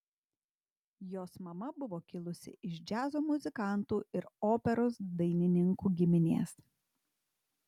jos mama buvo kilusi iš džiazo muzikantų ir operos dainininkų giminės